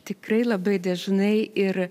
tikrai labai dažnai ir